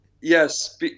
Yes